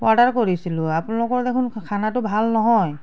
order কৰিছিলোঁ আপোনালোকৰদেখোন খা খানাটো ভাল নহয়